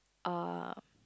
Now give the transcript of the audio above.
are